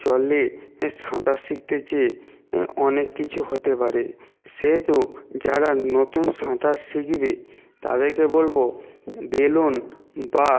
জলে এ সাঁতার শিখতে যেয়ে এ অনেক কিছু হতে পারে সেহেতু যারা নতুন সাঁতার শিখবে তাদেরকে বলবো বেলন বা